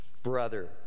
Brother